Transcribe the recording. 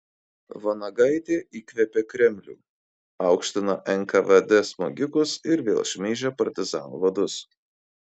vanagaitė įkvėpė kremlių aukština nkvd smogikus ir vėl šmeižia partizanų vadus